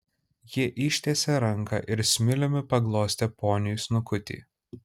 ji ištiesė ranką ir smiliumi paglostė poniui snukutį